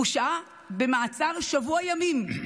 הוא שהה במעצר שבוע ימים.